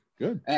Good